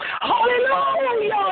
Hallelujah